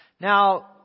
Now